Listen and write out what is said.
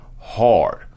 hard